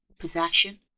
Possession